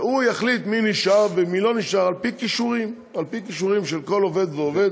והוא יחליט מי נשאר ומי לא נשאר על פי כישורים של כל עובד ועובד.